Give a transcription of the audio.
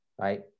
right